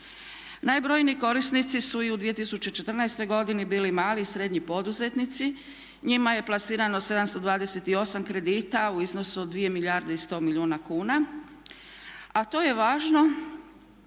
Najbrojniji korisnici su i u 2014. godini bili mali i srednji poduzetnici, njima je plasirano 728 kredita u iznosu od 2 milijarde i 100 milijuna kuna a to je važno